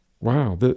Wow